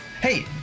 Hey